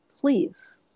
please